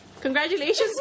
Congratulations